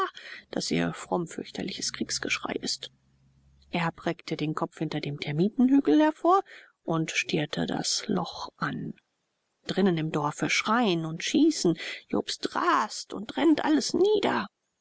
das ihr fromm fürchterliches kriegsgeschrei ist erb reckt den kopf hinter dem termitenhügel vor und stiert das loch an drinnen im dorfe schreien und schießen jobst rast und rennt alles nieder